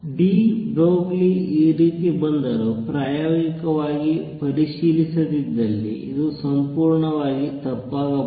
D Broglie ಈ ರೀತಿ ಬಂದರು ಪ್ರಾಯೋಗಿಕವಾಗಿ ಪರಿಶೀಲಿಸದಿದ್ದಲ್ಲಿ ಇದು ಸಂಪೂರ್ಣವಾಗಿ ತಪ್ಪಾಗಬಹುದು